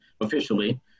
officially